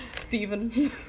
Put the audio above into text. Steven